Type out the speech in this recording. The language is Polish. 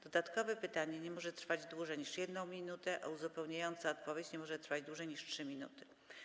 Dodatkowe pytanie nie może trwać dłużej niż 1 minutę, a uzupełniająca odpowiedź nie może trwać dłużej niż 3 minuty.